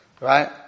Right